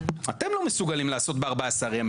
אתם לא מסוגלים לעשות את זה ב-14.